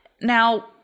Now